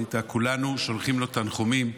כולנו שולחים לו תנחומים.